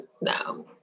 no